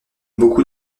beaucoup